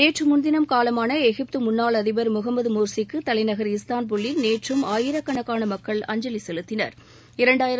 நேற்று முன்தினம் காலமான எகிப்து முன்னாள் அதிபர் முகம்மது மோர்சிக்கு தலைநகள் இஸ்தான்புல்லில் நேற்றும் ஆயிரக்கணக்கான மக்கள் அஞ்சலி செலுத்தினா்